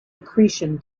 accretion